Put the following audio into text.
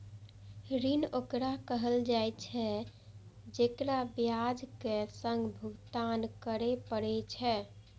ऋण ओकरा कहल जाइ छै, जेकरा ब्याजक संग भुगतान करय पड़ै छै